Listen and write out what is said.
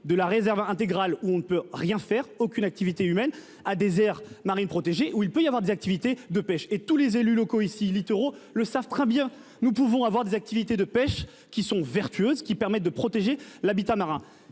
de la réserve intégrale. On ne peut rien faire aucune activité humaine à des aires marines protégées où il peut y avoir des activités de pêche et tous les élus locaux ici littoraux le savent très bien, nous pouvons avoir des activités de pêche qui sont vertueuses qui permettent de protéger l'habitat marin